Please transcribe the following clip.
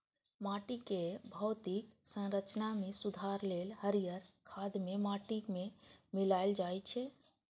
माटिक भौतिक संरचना मे सुधार लेल हरियर खाद कें माटि मे मिलाएल जाइ छै